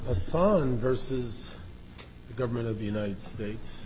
a son versus the government of the united states